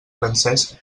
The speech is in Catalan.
francesc